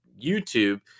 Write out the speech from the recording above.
YouTube